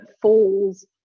falls